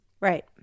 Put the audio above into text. right